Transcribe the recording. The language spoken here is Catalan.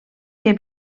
que